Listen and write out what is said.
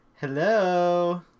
Hello